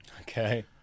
okay